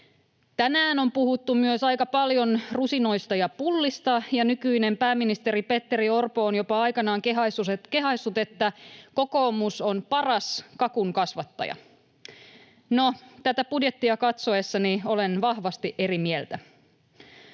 Tänään on puhuttu myös aika paljon rusinoista ja pullista, ja nykyinen pääministeri Petteri Orpo on jopa aikanaan kehaissut, että kokoomus on paras kakun kasvattaja. No, tätä budjettia katsoessani olen vahvasti eri mieltä.